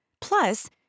Plus